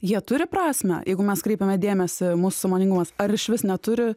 jie turi prasmę jeigu mes kreipiame dėmesį mūsų sąmoningumas ar išvis neturi